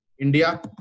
India